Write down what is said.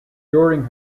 during